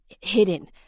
hidden